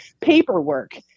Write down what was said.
paperwork